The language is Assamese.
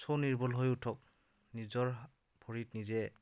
স্ব নিৰ্ভৰ হৈ উঠক নিজৰ ভৰিত নিজে